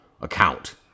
account